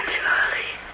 Charlie